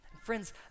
Friends